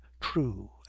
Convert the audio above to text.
true